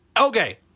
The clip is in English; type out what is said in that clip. Okay